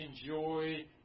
enjoy